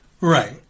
right